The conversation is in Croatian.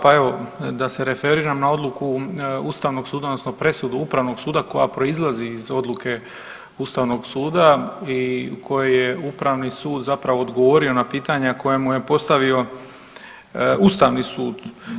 Pa evo da se referiram na odluku ustavnog suda odnosno presudu upravnog suda koja proizlazi iz odluke ustavnog suda i u kojoj je upravni sud zapravo odgovorio na pitanja koja mu je postavio ustavni sud.